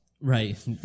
Right